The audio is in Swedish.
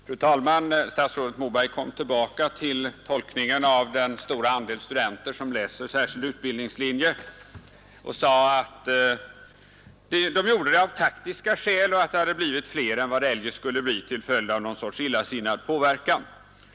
Fru talman! Statsrådet Moberg kom tillbaka till tolkningarna av att så stor andel studenter läser särskild utbildningslinje och sade att det var av taktiska skäl och att det till följd av någon sorts illasinnad påverkan hade blivit fler än det eljest skulle ha blivit.